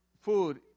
food